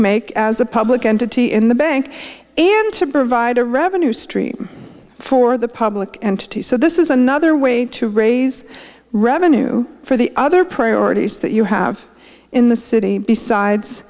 make as a public entity in the bank and to provide a revenue stream for the public entity so this is another way to raise revenue for the other priorities that you have in the city besides